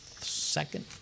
second